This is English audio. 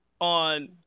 on